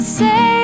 say